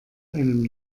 einem